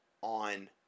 on